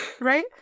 Right